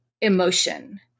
emotion